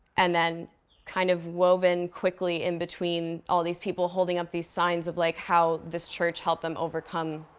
and then kind of woven quickly in between all these people holding up these signs of like how this church help them overcome,